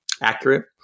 accurate